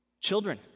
Children